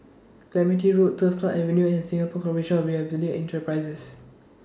Clementi Road Turf Club Avenue and Singapore Corporation of Enterprises